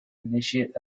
initiate